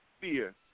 fear